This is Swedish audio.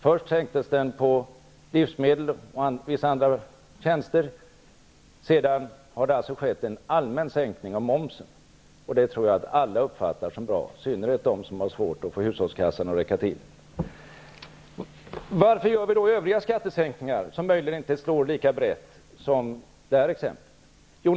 Först sänktes den på livsmedel och vissa tjänster, sedan har en allmän sänkning av momsen genomförts. Det tror jag att alla uppfattar som bra, i synnerhet de som har svårt att få hushållskassan att räcka till. Varför genomför vi övriga skattehöjningar som möjligen inte slår lika brett som momsen?